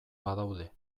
badaude